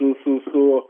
su su